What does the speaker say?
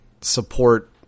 support